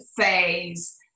phase